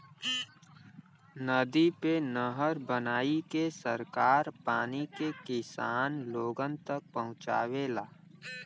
नदी पे नहर बनाईके सरकार पानी के किसान लोगन तक पहुंचावेला